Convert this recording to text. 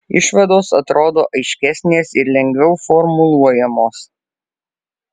išvados atrodo aiškesnės ir lengviau formuluojamos